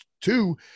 two